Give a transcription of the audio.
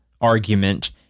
argument